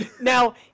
Now